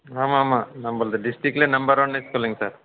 ஆமாம் ஆமாம் நம்மள்து டிஸ்ட்ரிக்ட்கில் நம்பர் ஒன்று சொல்லுங்க சார்